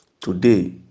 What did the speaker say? today